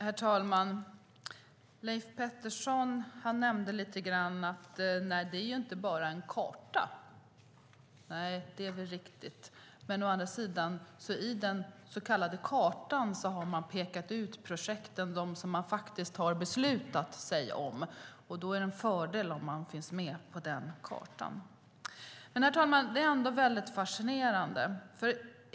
Herr talman! Leif Pettersson nämnde att det inte bara är en karta. Nej, det är riktigt. Men å andra sidan har man på den så kallade kartan pekat ut de projekt som man har beslutat om, och då är det en fördel om man finns med på den kartan. Det här är väldigt fascinerande.